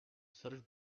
search